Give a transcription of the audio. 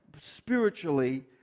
spiritually